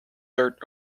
dirt